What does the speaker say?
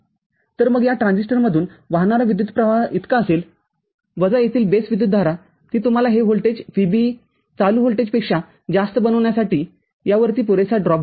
तर मग या ट्रान्झिस्टरमधून वाहणारा विद्युत् प्रवाह इतका असेल वजा येथील बेसविद्युतधारा ती तुम्हाला हे व्होल्टेज VBE चालू व्होल्टेजपेक्षा जास्त बनवण्यासाठी यावरती पुरेसा ड्रॉपदेईल